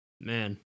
Man